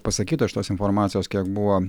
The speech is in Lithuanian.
pasakyta iš tos informacijos kiek buvo